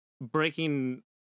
breaking